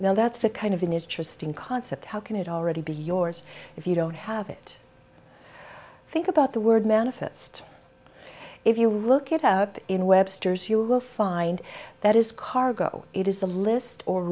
well that's a kind of an interesting concept how can it already be yours if you don't have it think about the word manifest if you look at in webster's you will find that is cargo it is a list or